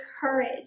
courage